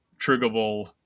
triggerable